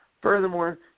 furthermore